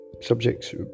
subjects